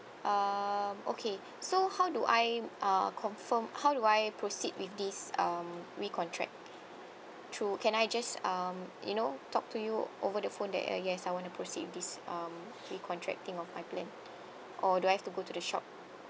um okay so how do I uh confirm how do I proceed with this um recontract through can I just um you know talk to you over the phone that uh yes I wanna proceed with this um recontracting of my plan or do I have to go to the shop